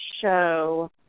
show